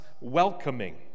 welcoming